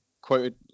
quoted